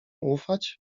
ufać